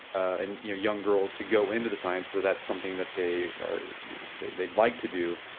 and young girls to go into the science so that something that they are they'd they'd like to do.